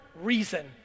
reason